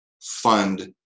fund